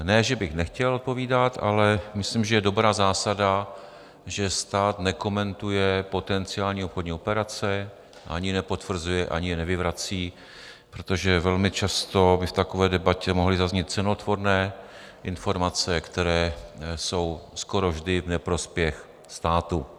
Ne že bych nechtěl odpovídat, ale myslím, že je dobrá zásada, že stát nekomentuje potenciální obchodní operace, ani je nepotvrzuje, ani je nevyvrací, protože velmi často by v takové debatě mohly zaznít cenotvorné informace, které jsou skoro vždy v neprospěch státu.